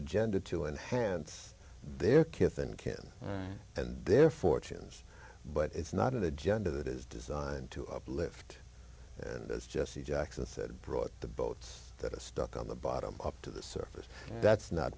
agenda to enhance their kitten can and their fortunes but it's not an agenda that is designed to uplift and as jesse jackson said brought the boats that are stuck on the bottom up to the surface that's not